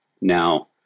Now